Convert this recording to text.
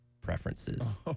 preferences